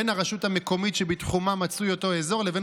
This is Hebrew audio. בין הרשות המקומית שבתחומה מצוי אותו אזור לבין